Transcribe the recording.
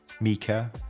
mika